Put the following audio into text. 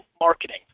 marketing